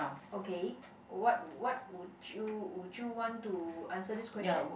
okay what what would you would you want to answer this question